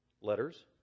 letters